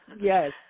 Yes